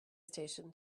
station